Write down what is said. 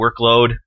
workload